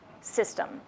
system